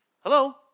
Hello